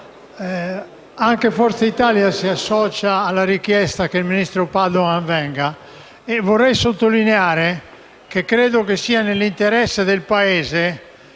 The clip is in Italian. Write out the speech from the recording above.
anche Forza Italia si associa alla richiesta che il ministro Padoan venga a riferire in Aula. Vorrei sottolineare che credo sia nell'interesse del Paese